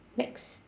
next